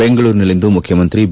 ಬೆಂಗಳೂರಿನಲ್ಲಿಂದು ಮುಖ್ಯಮಂತ್ರಿ ಬಿ